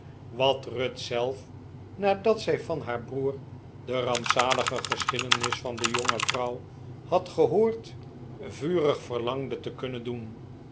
wat ruth zelf nadat zij van haar broer de rampzalige geschiedenis van de jonge vrouw had gehoord vurig verlangde te kunnen doen